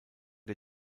der